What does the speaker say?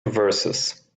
verses